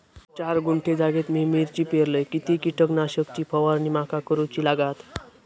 चार गुंठे जागेत मी मिरची पेरलय किती कीटक नाशक ची फवारणी माका करूची लागात?